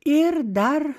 ir dar